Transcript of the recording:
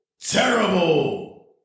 terrible